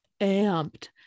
amped